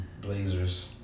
Blazers